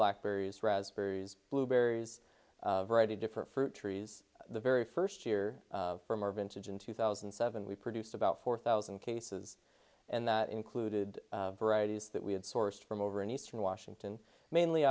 black berries raspberries blueberries very different fruit trees the very first year from our vintage in two thousand and seven we produced about four thousand cases and that included varieties that we had sourced from over in eastern washington mainly